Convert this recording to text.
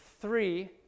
three